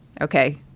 okay